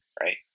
right